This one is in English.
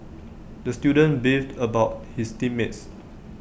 the student beefed about his team mates